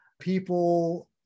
people